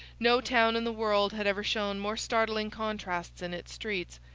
no town in the world had ever shown more startling contrasts in its streets.